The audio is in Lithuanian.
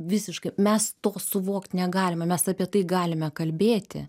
visiškai mes to suvokt negalime mes apie tai galime kalbėti